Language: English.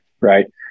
right